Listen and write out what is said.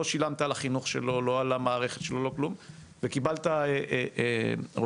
לא שילמת על החינוך שלו ולא על המערכת שלו ולא כלום,